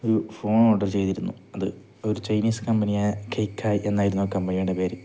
ഒരു phone order ചെയ്തിരുന്നു അത് ഒരു ചൈനീസ് കമ്പനിയ കേക്കായി എന്നായിരുന്നു ആ കമ്പനിയുടെ പേര്